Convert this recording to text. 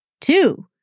Two